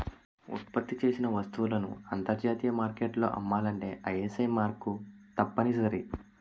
ఉత్పత్తి చేసిన వస్తువులను అంతర్జాతీయ మార్కెట్లో అమ్మాలంటే ఐఎస్ఐ మార్కు తప్పనిసరి